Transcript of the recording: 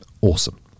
Awesome